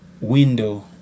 window